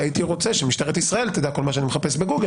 שהייתי רוצה שמשטרת ישראל תדע כל מה שאני מחפש בגוגל,